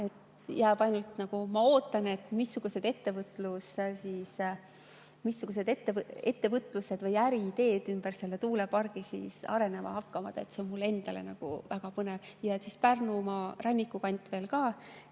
ma ootan, missugused ettevõtlus‑ või äriideed ümber selle tuulepargi arenema hakkavad. See on mulle endale väga põnev. Pärnumaa ranniku kant ka